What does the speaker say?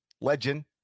legend